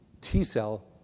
T-cell